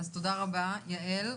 תודה רבה, יעל.